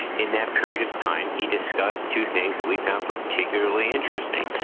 in that period of time he discussed two things that we found particularly interesting.